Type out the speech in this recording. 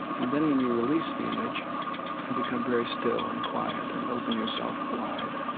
and then when you release the image and become very still and quiet and open yourself wide,